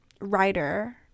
writer